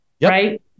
Right